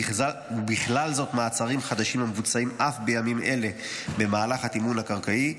ובכלל זאת מעצרים חדשים המבוצעים אף בימים אלו במהלך התמרון הקרקעי,